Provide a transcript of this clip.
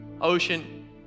ocean